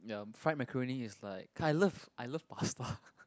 ya fried macaroni is like I love I love pasta